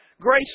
Grace